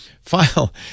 file